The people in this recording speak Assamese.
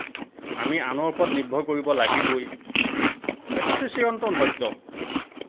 আমি আনৰ ওপৰত নিৰ্ভৰ কৰিব লাগিবই এইটোতো চিৰন্তন সত্য